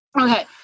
Okay